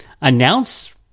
announce